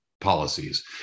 policies